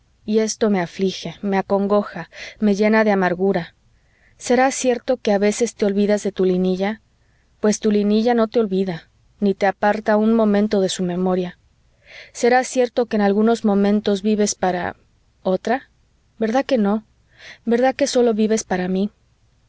y esto me aflige me acongoja me llena de amargura será cierto que a veces te olvidas de tu linilla pues tu linilla no te olvida ni te aparta un momento de su memoria será cierto que en algunos momentos vives para otra verdad que no verdad que sólo vives para mí